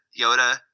Yoda